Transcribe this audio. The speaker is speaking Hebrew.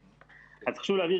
אז חשוב להבהיר